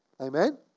Amen